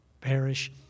perish